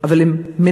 אבל הם מנצלים,